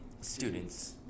Students